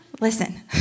Listen